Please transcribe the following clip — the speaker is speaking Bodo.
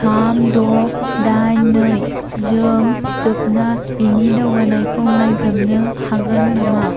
थाम द' दाइन नैजों जोबना बेनि दावगानायखौ नायग्रोमनो हागोन नामा